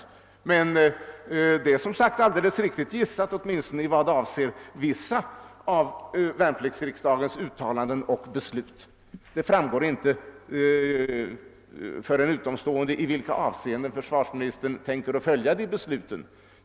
Emellertid är det alldeles riktigt gissat, åtminstone i vad avser vissa av värnpliktsriksdagens uttalanden och beslut. Det framgår dock inte för en utomstående i vilka avseenden försvarsministern ämnar följa dessa beslut.